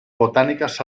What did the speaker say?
botánicas